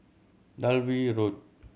Dalvey Road